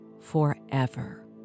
forever